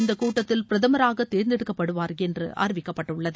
இந்தக் கூட்டத்தில் பிரதமராக தேர்ந்தெடுக்கப்படுவார் என்று அறிவிக்கப்பட்டுள்ளது